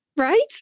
right